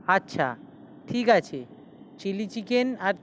আচ্ছা ঠিক আছে চিলি চিকেন আর